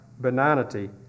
benignity